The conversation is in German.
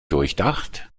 durchdacht